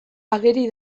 ageri